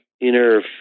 inner